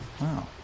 Wow